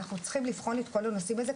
אנחנו צריכים לבחון את כל הנושאים האלה,